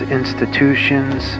institutions